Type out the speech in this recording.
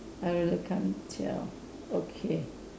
I really can't tell okay